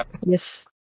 Yes